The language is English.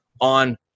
on